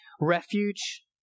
refuge